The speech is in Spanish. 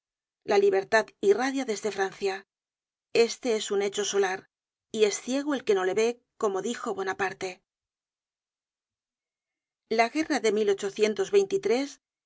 la libertad irradia desde francia este es un hecho solar y es ciego el que no lo ve como dijo bonaparte la guerra de ese